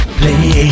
play